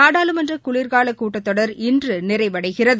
நாடாளுமன்ற குளிர்கால கூட்டத்தொடர் இன்று நிறைவடைகிறது